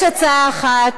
יש הצעה אחת,